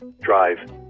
drive